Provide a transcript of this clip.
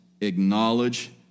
acknowledge